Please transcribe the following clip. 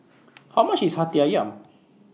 How much IS Hati Ayam